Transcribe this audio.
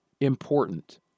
important